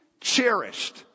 cherished